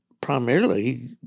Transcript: primarily